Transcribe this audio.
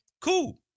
Cool